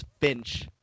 Finch